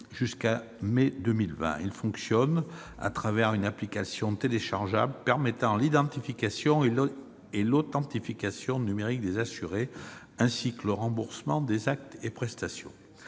la fin mai 2020. Il fonctionne grâce à une application téléchargeable, permettant l'identification et l'authentification numérique des assurés, ainsi que le remboursement des actes et prestations.